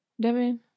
Devin